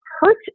Hurt